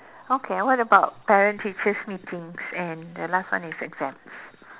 okay what about parent teachers meetings and the last one is exams